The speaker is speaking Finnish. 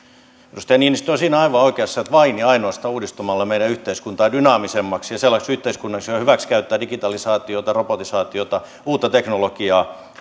edustaja niinistö on siinä aivan oikeassa että vain ja ainoastaan uudistamalla meidän yhteiskuntaa dynaamisemmaksi ja sellaiseksi yhteiskunnaksi joka hyväksikäyttää digitalisaatiota robotisaatiota ja uutta teknologiaa